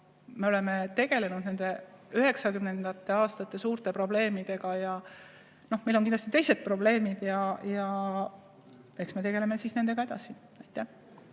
me oleme tegelenud – nende 1990. aastate suurte probleemidega. Meil on kindlasti teised probleemid ja eks me tegeleme nendega edasi.